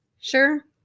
Sure